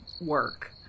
work